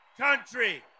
country